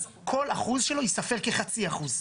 אז כל אחוז שלו יספר כחצי אחוז.